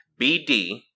BD